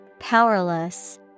Powerless